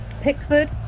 Pickford